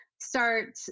start